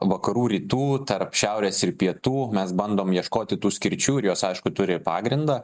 vakarų rytų tarp šiaurės ir pietų mes bandom ieškoti tų skirčių ir jos aišku turi pagrindą